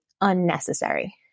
unnecessary